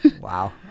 wow